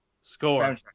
score